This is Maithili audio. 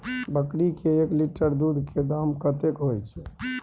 बकरी के एक लीटर दूध के दाम कतेक होय छै?